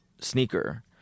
sneaker